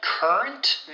Current